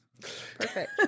Perfect